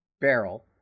barrel